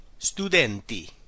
studenti